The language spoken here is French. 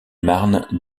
marnes